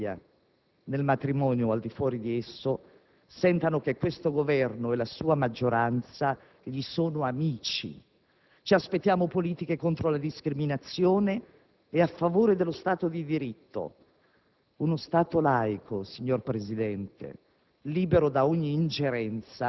signori del Governo, che gli uomini e le donne che decidono di formare una famiglia, nel matrimonio o al di fuori di esso, sentano che questo Governo e la sua maggioranza gli sono amici. Ci aspettiamo politiche contro la discriminazione e a favore dello Stato di diritto.